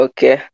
Okay